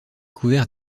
couvert